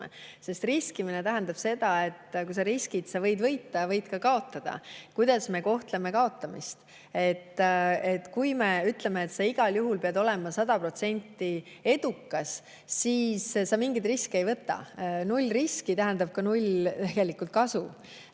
Sest riskimine tähendab seda, et kui sa riskid, siis võid võita, aga võid ka kaotada. Kuidas me kohtleme kaotamist? Kui me ütleme, et sa igal juhul pead olema sada protsenti edukas, siis sa mingeid riske ei võta. Null riski tähendab ka null kasu.